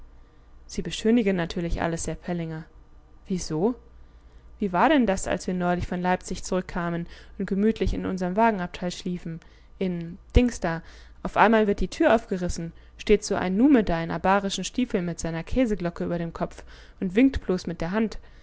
sie beschönigen natürlich alles herr pellinger wieso wie war denn das als wir neulich von leipzig zurückkamen und gemütlich in unserm wagenabteil schliefen in dingsda auf einmal wird die tür aufgerissen steht so ein nume da in abarischen stiefeln mit seiner käseglocke über dem kopf und winkt bloß mit der hand